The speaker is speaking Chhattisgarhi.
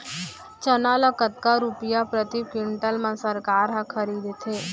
चना ल कतका रुपिया प्रति क्विंटल म सरकार ह खरीदथे?